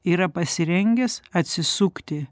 yra pasirengęs atsisukti